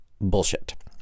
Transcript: bullshit